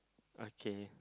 okay